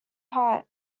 hot